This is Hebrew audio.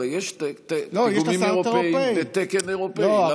הרי יש פיגומים אירופיים ותקן אירופי.